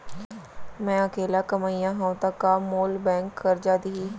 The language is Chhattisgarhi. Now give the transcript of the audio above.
मैं अकेल्ला कमईया हव त का मोल बैंक करजा दिही?